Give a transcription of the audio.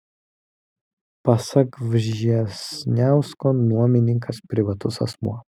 pasak vžesniausko nuomininkas privatus asmuo